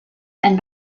and